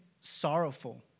sorrowful